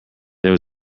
there